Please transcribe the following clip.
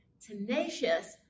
tenacious